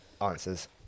answers